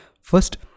first